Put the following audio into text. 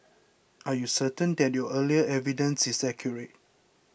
are you certain that your earlier evidence is accurate